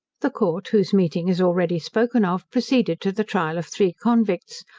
the court, whose meeting is already spoken of, proceeded to the trial of three convicts,